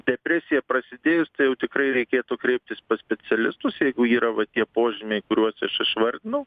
depresija prasidėjus tai jau tikrai reikėtų kreiptis pas specialistus jeigu yra va tie požymiai kuriuos aš išvardinau